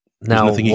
Now